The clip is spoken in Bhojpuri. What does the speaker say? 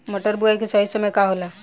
मटर बुआई के सही समय का होला?